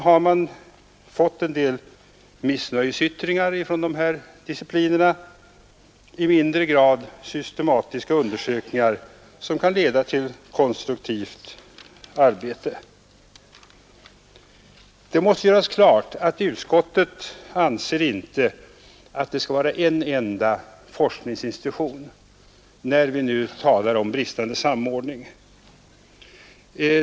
Man har fått en del missnöjesyttringar från dessa discipliner och i mindre grad systematiska undersökningar som kan leda till konstruktivt arbete. Det måste göras klart att utskottet inte anser att det skall vara en enda forskningsinstitution när vi nu talar om bristande samordning.